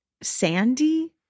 Sandy